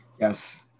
yes